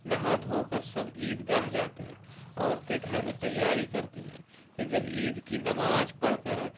نہا دھو کر سب عید گاہ جاتے ہیں عورتیں گھر میں تیاری کرتی ہیں کہ جب عید کی نماز پڑھ کر